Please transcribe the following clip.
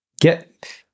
get